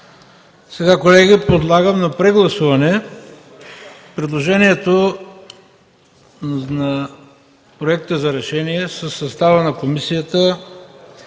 прав. Колеги, подлагам на прегласуване предложението на Проекта за решение със състава на Комисията